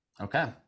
Okay